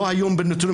לא היום בנתונים,